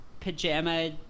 pajama